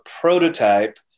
prototype